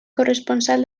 corresponsal